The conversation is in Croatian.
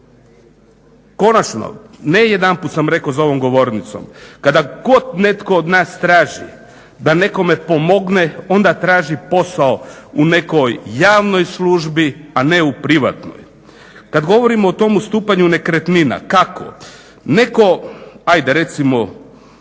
Konačno, ne jedanput sam rekao za ovom govornicom, kada god netko od nas traži da nekome pomogne onda traži posao u nekoj javnoj službi, a ne u privatnoj. Kad govorimo o tom ustupanju nekretnina, kako? Netko, ajde recimo